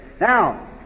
Now